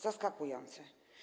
Zaskakujące.